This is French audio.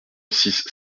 six